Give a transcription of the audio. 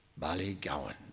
Ballygowan